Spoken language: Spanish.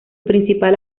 principal